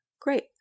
great